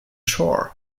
shore